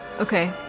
Okay